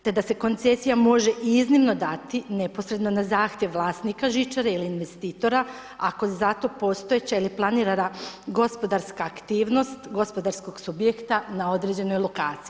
Te da se koncesija može i iznimno dati neposredno na zahtjev vlasnika žičare ili investitora ako za to postojeća ili planirana gospodarska aktivnost gospodarskog subjekta na određenoj lokaciji.